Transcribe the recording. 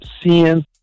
seeing